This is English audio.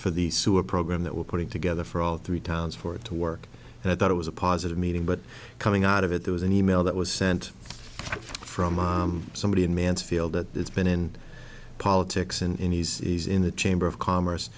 for the sewer program that we're putting together for all three towns for it to work and i thought it was a positive meeting but coming out of it there was an e mail that was sent from somebody in mansfield that it's been in politics and he's in the chamber of commerce